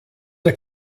der